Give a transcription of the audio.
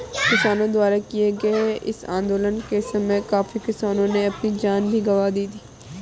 किसानों द्वारा किए गए इस आंदोलन के समय काफी किसानों ने अपनी जान भी गंवा दी थी